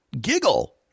giggle